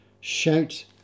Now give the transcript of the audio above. shout